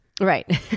Right